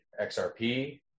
XRP